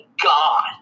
God